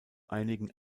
einigen